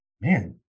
man